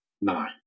nine